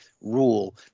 rule